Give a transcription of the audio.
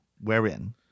Wherein